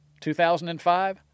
2005